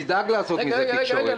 נדאג לעשות מזה תקשורת.